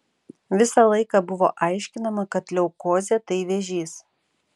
visą laiką buvo aiškinama kad leukozė tai vėžys